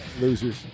Losers